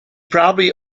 probably